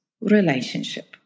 relationship